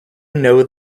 know